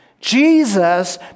Jesus